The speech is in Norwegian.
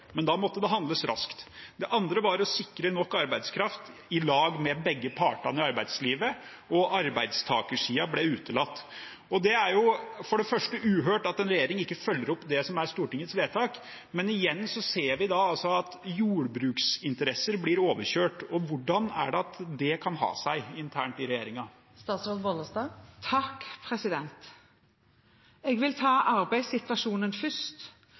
men da måtte det handles raskt. Det andre var å sikre nok arbeidskraft i lag med begge partene i arbeidslivet, og arbeidstakersiden ble utelatt. Det er for det første uhørt at en regjering ikke følger opp det som er Stortingets vedtak, men igjen ser vi at jordbruksinteresser blir overkjørt. Hvordan kan det ha seg internt i regjeringen? Jeg vil ta arbeidssituasjonen først: Jeg håper at representanten Sandtrøen har fulgt med på hva som er blitt gjort med arbeidssituasjonen